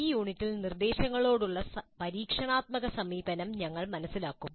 ഈ യൂണിറ്റിൽ നിർദ്ദേശങ്ങളോടുള്ള പരീക്ഷണാത്മക സമീപനം ഞങ്ങൾ മനസ്സിലാക്കും